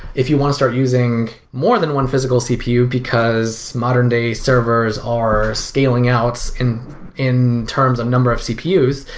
if you want to start using more than one physical cpu because modern day servers are stealing out in in terms of number of cpu's,